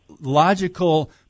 logical